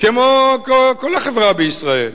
כמו כל החברה בישראל.